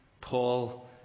Paul